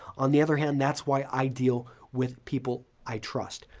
on the other hand, that's why i deal with people i trust.